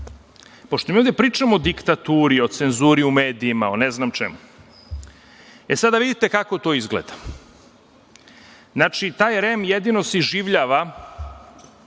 pošto mi ovde pričamo o diktaturi, o cenzuri u medijima, o ne znam čemu, sada da vidite kako to izgleda. Znači, taj REM jedino se iživljava